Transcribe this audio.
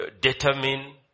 determine